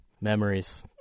memories